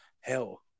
hell